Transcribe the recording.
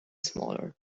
smaller